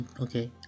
Okay